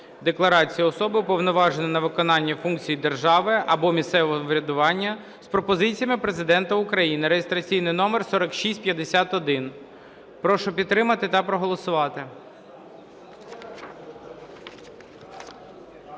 декларації особи, уповноваженої на виконання функцій держави або місцевого самоврядування" з пропозиціями Президента України (реєстраційний номер 4651). Прошу підтримати та проголосувати.